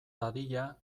dadila